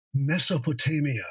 mesopotamia